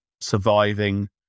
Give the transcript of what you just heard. surviving